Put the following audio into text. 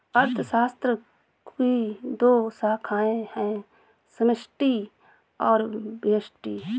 अर्थशास्त्र की दो शाखाए है समष्टि और व्यष्टि